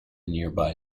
nearby